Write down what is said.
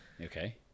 okay